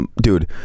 dude